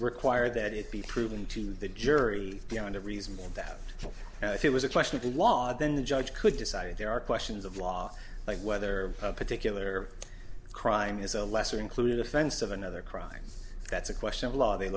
require that it be proven to the jury beyond a reasonable that if it was a question of the law then the judge could decide there are questions of law like whether a particular crime is a lesser included offense of another crime that's a question of law they